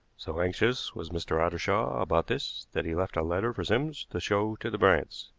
so anxious was mr. ottershaw about this that he left a letter for sims to show to the bryants.